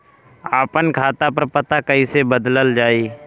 आपन खाता पर पता कईसे बदलल जाई?